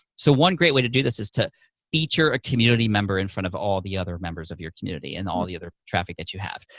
so one great way to do this is to feature a community member in front of all of the other members of your community and all the other traffic that you have.